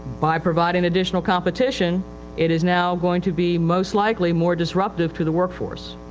by providing additional competition it is now going to be most likely more disruptive to the workforce.